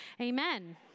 amen